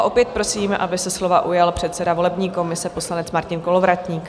Opět prosím, aby se slova ujal předseda volební komise, předseda Martin Kolovratník.